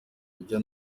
rujya